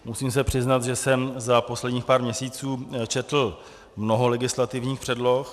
Musím se přiznat, že jsem za posledních pár měsíců četl mnoho legislativních předloh.